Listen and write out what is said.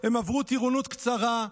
הם עברו טירונות קצרה,